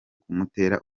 kumutera